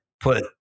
put